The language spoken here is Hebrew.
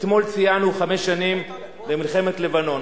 אתמול ציינו חמש שנים למלחמת לבנון.